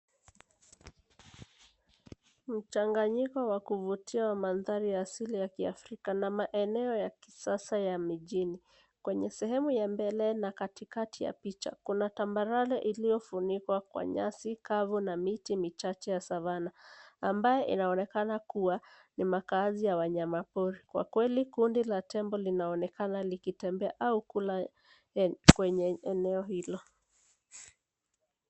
Mchanganyiko wa kuvutia wa mandhari ya asili ya kiafrika na maeneo ya kisasa ya mijini. Kwenye sehemu ya mbele na katikati ya picha, kuna tambarare iliyofunikwa kwa nyasi kavu na miti michache ya savanna , ambaye inaonekana kuwa, ni makaazi ya wanyamapori. Kwa kweli kundi la tembo linaonekana likitembea au kula ya kwenye eneo hilo.